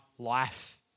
Life